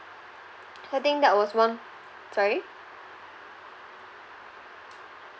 so I think that was one sorry